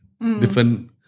different